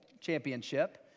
championship